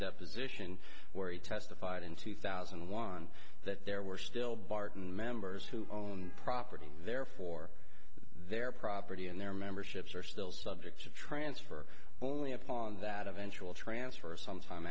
deposition where he testified in two thousand and one that there were still barton members who owned property there for their property and their memberships are still subject to transfer only upon that eventual transfer some time